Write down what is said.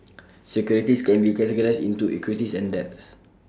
securities can be categorized into equities and debts